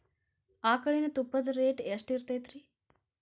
ಆಕಳಿನ ತುಪ್ಪದ ರೇಟ್ ಎಷ್ಟು ಇರತೇತಿ ರಿ?